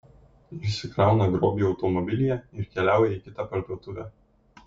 išsikrauna grobį automobilyje ir keliauja į kitą parduotuvę